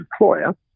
employer